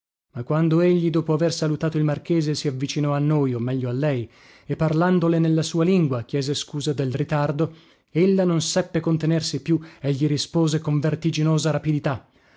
ma quando egli dopo aver salutato il marchese si avvicinò a noi o meglio a lei e parlandole nella sua lingua chiese scusa del ritardo ella non seppe contenersi più e gli rispose con vertiginosa rapidità